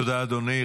תודה, אדוני.